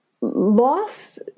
loss